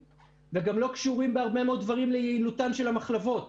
וגם לא קשורים בהרבה מאוד דברים ליעילותן של המחלבות,